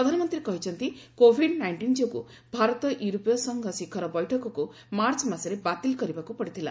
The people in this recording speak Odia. ପ୍ରଧାନମନ୍ତ୍ରୀ କହିଛନ୍ତି କୋଭିଡ୍ ନାଇଷ୍ଟିନ୍ ଯୋଗୁଁ ଭାରତ ୟୁରୋପୀୟ ସଂଘ ଶିଖର ବୈଠକକୁ ମାର୍ଚ୍ଚ ମାସରେ ବାତିଲ କରିବାକୁ ପଡ଼ିଥିଲା